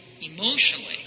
emotionally